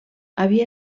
havia